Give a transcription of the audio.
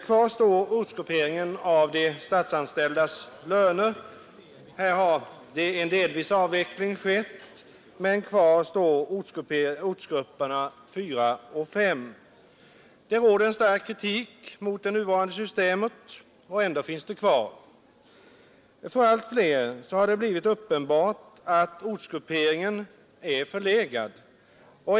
Kvar står ortsgrupperingen av de statsanställdas löner. Även där har delvis en avveckling skett, men kvar står ortsgrupperingen 4 och 5. Det har riktats stark kritik mot” systemet, men vi har det som sagt ännu kvar. Det har för allt fler blivit uppenbart att ortsgrupperingen är förlegad.